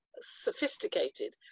sophisticated